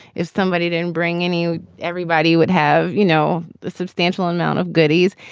if somebody didn't bring any. everybody would have, you know, a substantial amount of goodies.